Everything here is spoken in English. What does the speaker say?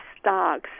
stocks